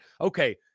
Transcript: Okay